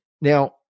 Now